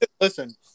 Listen